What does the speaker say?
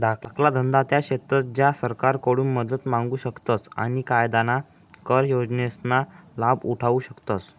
धाकला धंदा त्या शेतस ज्या सरकारकडून मदत मांगू शकतस आणि फायदाना कर योजनासना लाभ उठावु शकतस